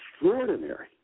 extraordinary